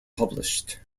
published